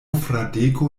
fradeko